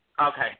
Okay